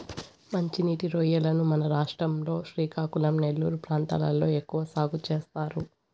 మంచి నీటి రొయ్యలను మన రాష్ట్రం లో శ్రీకాకుళం, నెల్లూరు ప్రాంతాలలో ఎక్కువ సాగు చేస్తారు